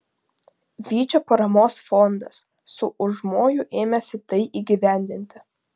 vyčio paramos fondas su užmoju ėmėsi tai įgyvendinti